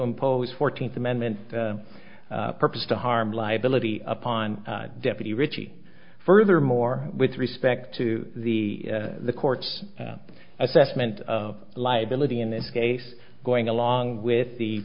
impose fourteenth amendment purpose to harm liability upon deputy richie furthermore with respect to the the court's assessment of liability in this case going along with the